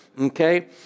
okay